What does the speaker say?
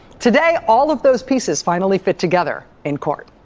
today all of those pieces finally fit together in court.